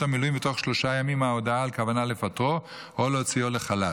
המילואים בתוך שלושה ימים מההודעה על כוונה לפטרו או להוציאו לחל"ת.